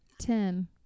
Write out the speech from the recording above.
ten